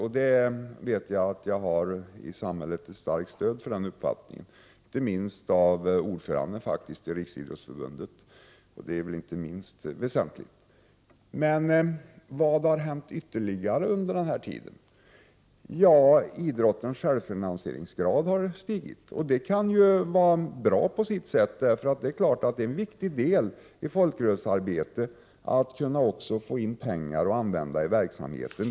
Jag vet att jag har starkt stöd för den uppfattningen i samhället, inte minst av ordföranden i Riksidrottsförbundet. Det är väl inte minst väsentligt? Vad har ytterligare hänt under denna tid? Idrottens självfinansieringsgrad harstigit. Det kan vara bra på sitt sätt. Det är en viktig del av folkrörelsearbetet att även kunna få in pengar att använda i verksamheten.